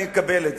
אני אקבל את זה.